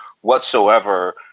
whatsoever